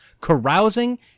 carousing